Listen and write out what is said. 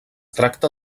tracta